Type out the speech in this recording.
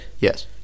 Yes